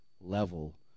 level